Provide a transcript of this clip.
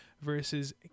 versus